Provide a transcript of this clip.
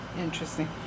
Interesting